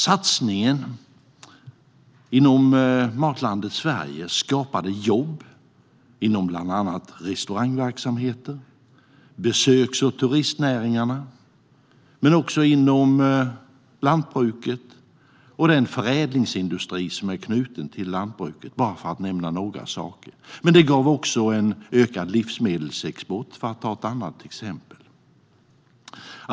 Satsningen inom Matlandet Sverige skapade jobb inom bland annat restaurangverksamheten och besöks och turistnäringarna men också inom lantbruket och den förädlingsindustri som är knuten till lantbruket, bara för att nämna några saker. Denna satsning gav också en ökad livsmedelsexport, för att ta ett annat exempel.